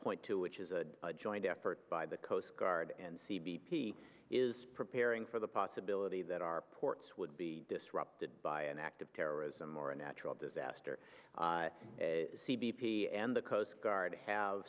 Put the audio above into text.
point to which is a joint effort by the coast guard and see b p is preparing for the possibility that our ports would be disrupted by an act of terrorism or a natural disaster b p and the coast guard have